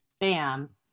bam